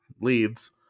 leads